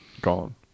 Gone